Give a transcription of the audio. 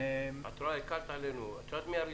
יעל, הקלת עלינו עם הטבלה.